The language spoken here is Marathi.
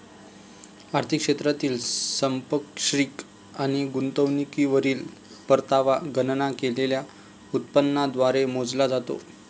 आर्थिक क्षेत्रातील संपार्श्विक आणि गुंतवणुकीवरील परतावा गणना केलेल्या उत्पन्नाद्वारे मोजला जातो